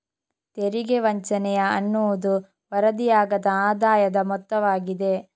ತೆರಿಗೆ ವಂಚನೆಯ ಅನ್ನುವುದು ವರದಿಯಾಗದ ಆದಾಯದ ಮೊತ್ತವಾಗಿದೆ